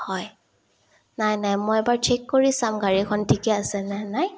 হয় নাই নাই মই এবাৰ চেক কৰি চাম গাড়ীখন ঠিকে আছেনে নাই